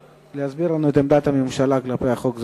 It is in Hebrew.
ולהסביר לנו את עמדת הממשלה כלפי החוק הזה.